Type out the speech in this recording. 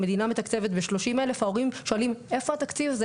המדינה מתקצבת ב-30 אלף ההורים שואלים איפה התקציב הזה,